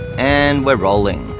and we're rolling